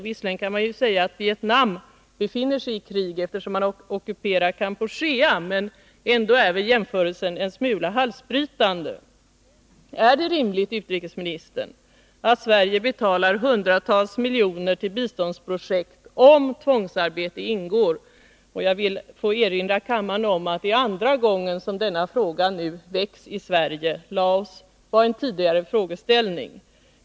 Visserligen kan man säga att Vietnam befinner sig i krig, eftersom landet har ockuperat Kampuchea, men jämförelsen är väl ändå en smula halsbrytande. Är det rimligt, herr utrikesminister, att Sverige betalar hundratals miljoner kronor till biståndsprojekt, om tvångsarbete ingår? Jag vill erinra kammaren om att det är andra gången som denna fråga nu väcks i Sverige. Tidigare gällde det Laos.